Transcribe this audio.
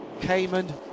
Cayman